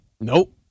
Nope